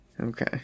Okay